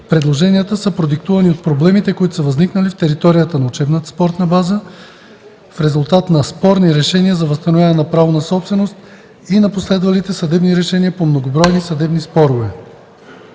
Предложенията са продиктувани от проблемите, които са възникнали в територията на учебната спортна база в град Несебър в резултат на спорни решения за възстановяване на право на собственост и на последвалите съдебни решения по многобройни съдебни спорове.